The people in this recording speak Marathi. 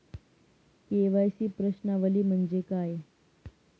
के.वाय.सी प्रश्नावली म्हणजे काय?